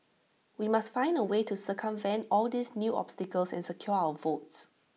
we must find A way to circumvent all these new obstacles and secure our votes